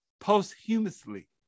posthumously